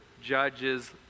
judges